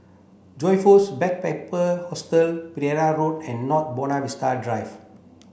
Joyfor's Backpacker Hostel Pereira Road and North Buona Vista Drive